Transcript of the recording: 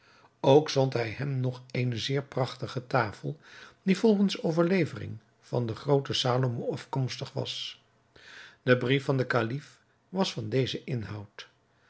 ook zond hij hem nog eene zeer prachtige tafel die volgens overlevering van den grooten salomo afkomstig was de brief van den kalif was van dezen inhoud